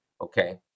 okay